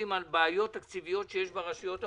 על בעיות תקציביות שיש ברשויות המקומיות,